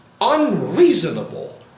unreasonable